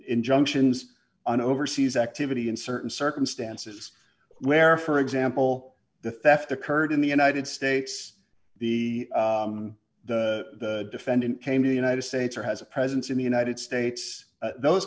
injunctions on overseas activity in certain circumstances where for example the theft occurred in the united states the defendant came to the united states or has a presence in the united states those